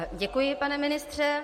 Děkuji, pane ministře.